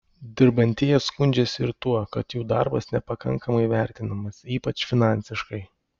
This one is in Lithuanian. dirbantieji skundžiasi ir tuo kad jų darbas nepakankamai vertinamas ypač finansiškai